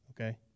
okay